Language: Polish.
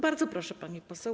Bardzo proszę, pani poseł.